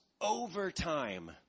Overtime